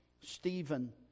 Stephen